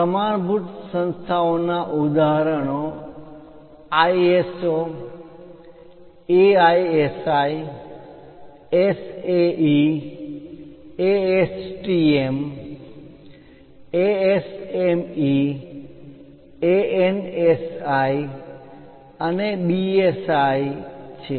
પ્રમાણભૂત સંસ્થાઓનાં ઉદાહરણો ISO AISI SAE ASTM ASME ANSI અને બીઆઈએસ છે